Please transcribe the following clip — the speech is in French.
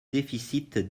déficits